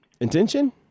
intention